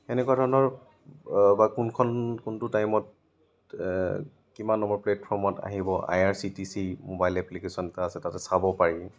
এনেকুৱা ধৰণৰ বা কোনখন কোনটো টাইমত কিমান নম্বৰ প্লেটফৰ্মত আহিব I R C T C mobile application এটা আছে তাতে চাব পাৰি